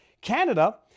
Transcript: Canada